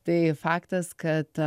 tai faktas kad